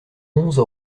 onze